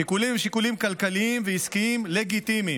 השיקולים הם שיקולים כלכליים ועסקיים לגיטימיים.